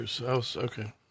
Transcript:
Okay